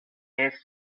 estis